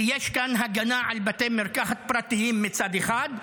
כי יש כאן הגנה על בתי מרקחת פרטיים מצד אחד,